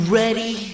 ready